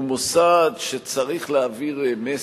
הוא מוסד שצריך להעביר מסר,